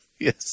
Yes